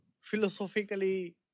philosophically